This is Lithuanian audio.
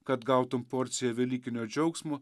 kad gautum porciją velykinio džiaugsmo